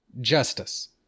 justice